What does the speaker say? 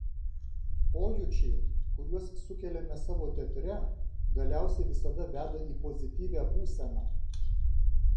pojūčiai kuriuos sukeliame savo teatre galiausiai visada veda į pozityvią būseną